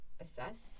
assessed